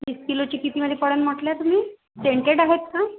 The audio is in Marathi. एक किलोची कितीमध्ये पडेल म्हटले तुम्ही सेंटेड आहेत का